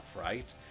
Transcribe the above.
right